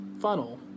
funnel